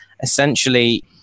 essentially